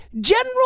general